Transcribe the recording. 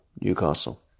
Newcastle